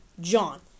John